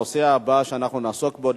הנושא הבא שאנחנו נעסוק בו,